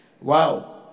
Wow